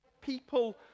people